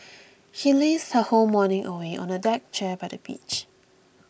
she lazed her whole morning away on a deck chair by the beach